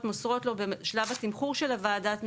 מוסרות לו בשלב התמחור של ועדת המשנה,